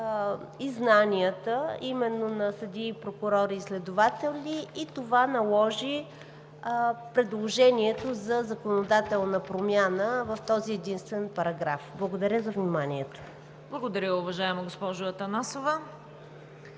и знанията именно на съдии, прокурори, следователи и това наложи предложението за законодателна промяна в този единствен параграф. Благодаря за вниманието. ПРЕДСЕДАТЕЛ ЦВЕТА КАРАЯНЧЕВА: Благодаря, уважаема госпожо Атанасова.